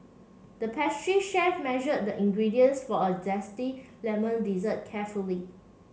the pastry chef measured the ingredients for a zesty lemon dessert carefully